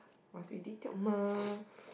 must be detailed mah